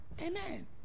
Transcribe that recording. Amen